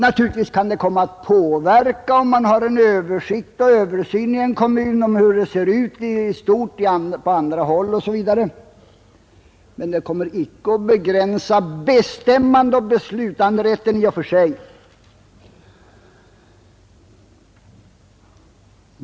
Naturligtvis kan det komma att påverka utvecklingen i en kommun, om man där har översikt över hur det i stort ser ut på andra håll osv., men det kommer icke att begränsa bestämmandeoch beslutanderätten i och för sig.